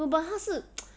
no but 他是